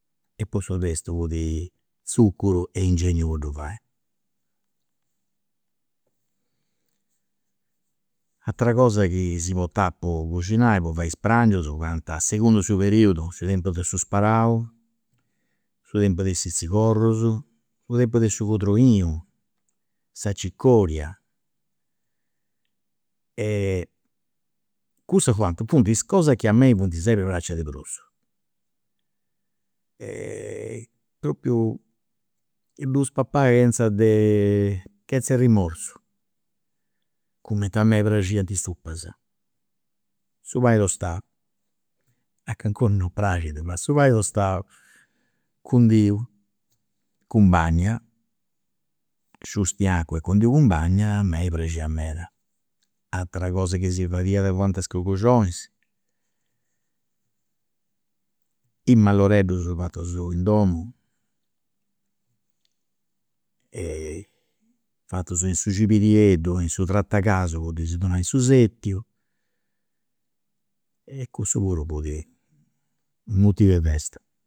E po su restu fut tzuccuru e ingegnu po ddu fai. ateras cosas chi si portat po coxinai po fai is prangius fuant a seconda de su periodu su tempu de su sparau, su tempus de i' sizigorrus, su tempu de su cordolinu, sa gicoria cussu fut u' ateru funt is cosas chi a mei funt sempri praxias de prus. propriu ddus papà chenza de chenza arrimorsu, cumenti a mei praxiant i' suppas, su pani tostau, a calincunu non praxit ma su pani tostau cundiu cun bagna, sciustu in acua e cundiu cun bagna a mei praxiat meda. Ateras cosas chi si fadiat fuant is cruguxionis i' malloreddus fatus in domu fatus in su cibirieddu in su tratacasu po ddis donai su setiu e cussu puru fiat u' motivu de festa